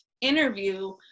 interview